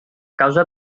causa